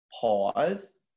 Pause